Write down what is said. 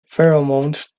pheromones